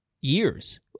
years